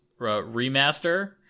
remaster